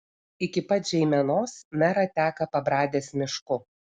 iki pat žeimenos mera teka pabradės mišku